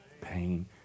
pain